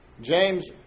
James